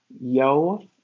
yo